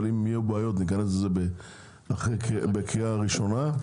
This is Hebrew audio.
אבל אם יהיה בעיות ניכנס לזה בקריאה ראשונה.